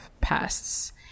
pests